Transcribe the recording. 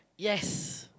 yes